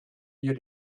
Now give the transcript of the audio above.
wir